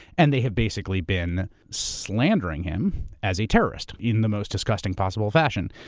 and they have basically been slandering him as a terrorist in the most disgusting possible fashion.